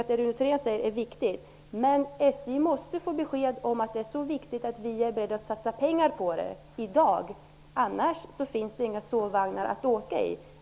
Det som Rune Thorén säger är viktigt, men SJ måste få besked om att denna uppgift är så viktig att vi i dag är beredda att satsa pengar på den. Annars kommer det inte att finnas några sovvagnar att åka i.